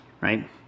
right